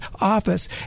office